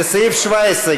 לסעיף 17,